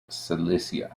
silesia